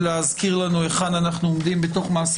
להזכיר לנו היכן אנחנו עומדים בתוך מעשה